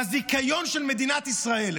בזיכיון של מדינת ישראל,